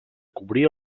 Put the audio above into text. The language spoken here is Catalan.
cobrir